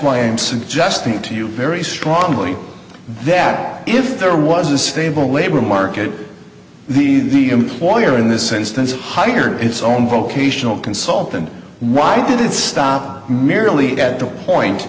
why i am suggesting to you very strongly that if there was a stable labor market the the employer in this instance hired its own vocational consultant why did it stop merely at the point